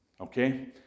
okay